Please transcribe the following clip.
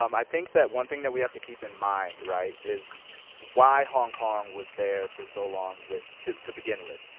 um i think that one thing that we have to keep in mind, right, is why hong kong was there for so long with, to to begin with.